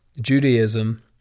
Judaism